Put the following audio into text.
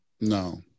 no